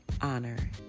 honor